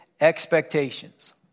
expectations